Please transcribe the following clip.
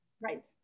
Right